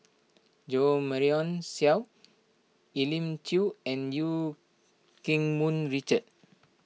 Jo Marion Seow Elim Chew and Eu Keng Mun Richard